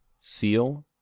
seal